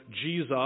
Jesus